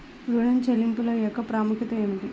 ఋణ చెల్లింపుల యొక్క ప్రాముఖ్యత ఏమిటీ?